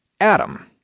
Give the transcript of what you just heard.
Adam